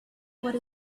what